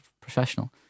professional